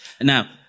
Now